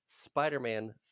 Spider-Man